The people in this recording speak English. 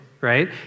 right